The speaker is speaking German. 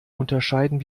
unterscheiden